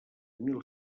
mil